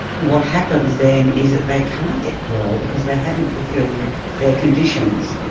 what happens then is that they can't get parole because they haven't fulfilled their conditions.